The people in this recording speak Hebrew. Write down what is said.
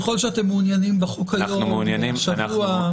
ככל שאתם מעוניינים בחוק היום והשבוע.